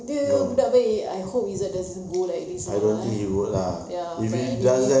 dia budak baik I hope izat doesn't go like this lah ya but anyway